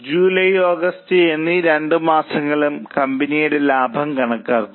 July August എന്നീ രണ്ടു മാസങ്ങളിലും കമ്പനിയുടെ ലാഭം കണക്കാക്കുക